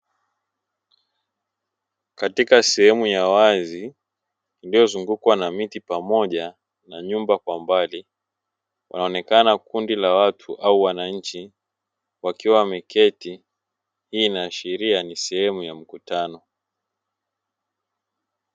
Katika sehemu ya wazi iliyozungukwa na miti pamoja na nyumba kwa mbali wanaonekana kundi la watu au wananchi wakiwa wameketi, hii inaashiria ni sehemu ya mkutano.